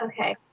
Okay